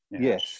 yes